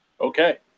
okay